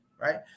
right